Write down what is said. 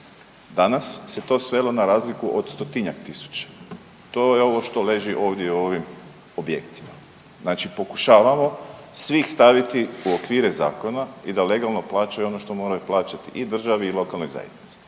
Danas se to svelo na razliku od 100-tinjak tisuća. To je ovo što leži ovdje u ovim objektima. Znači pokušavamo svih staviti u okvire zakona i da legalno plaćaju ono što moraju plaćati i državi i lokalnoj zajednici.